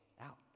out